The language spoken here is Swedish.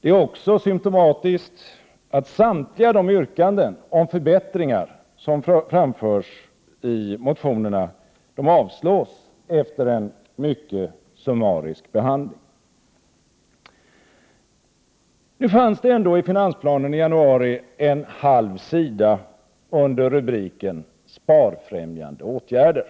Det är också symtomatiskt att samtliga de yrkanden om förbättringar som framförs i motionerna avstyrks efter en mycket summarisk behandling. Nu fanns det ändå i finansplanen i januari en halv sida under rubriken ”Sparfrämjande åtgärder”,